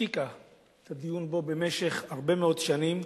השתיקה את הדיון בו במשך הרבה מאוד שנים,